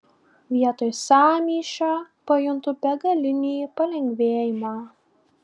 vietoj sąmyšio pajuntu begalinį palengvėjimą